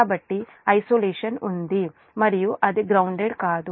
కాబట్టి ఐసోలేషన్ఒంటరితనం ఉంది మరియు అది గ్రౌన్దేడ్ కాదు